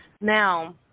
Now